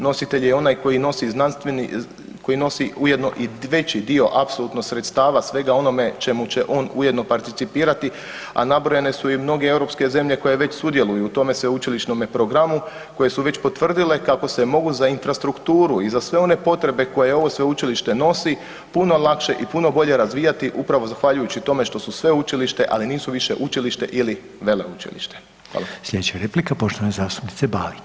Nositelj je onaj koji nosi znanstveni, koji nosi ujedno i veći dio apsolutno sredstava svega onome čemu će on ujedno participirati, a nabrojene su i mnoge europske zemlje koje već sudjeluju u tome sveučilišnome programu koje su već potvrdile kako se mogu za infrastrukturu i za sve one potrebe koje ovo Sveučilište nosi, puno lakše i puno bolje razvijati upravo zahvaljujući tome što su Sveučilište, ali nisu više učilište ili veleučilište.